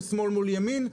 של שמאל מול ימין.